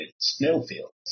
snowfields